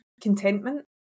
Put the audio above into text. contentment